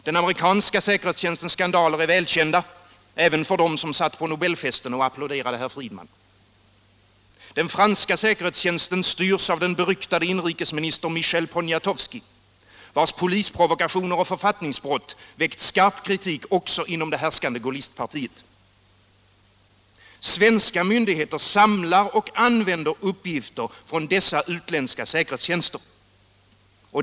Den amerikanska säkerhetstjänstens skandaler är välkända — även för dem som satt på Nobelfesten och applåderade herr Friedman. Den franska säkerhetstjänsten styrs av de beryktade inrikesministern Michel Poniatowski, vars polisprovokationer och författningsbrott väckt stark kritik också inom det härskande Gaullistpartiet. Svenska myndigheter samlar och använder uppgifter från dessa utländska säkerhetstjänster.